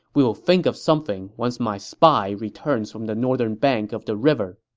we will think of something once my spy returns from the northern bank of the river.